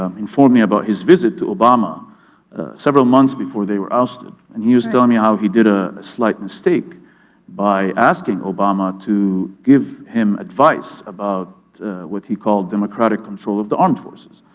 um informed me about his visit to obama several months before they were ousted, and he was telling me how he did a slight mistake by asking obama to give him advice about what he called democratic control of the armed forces.